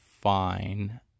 fine